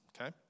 okay